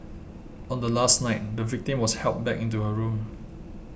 on the last night the victim was helped back into her room